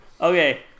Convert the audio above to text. Okay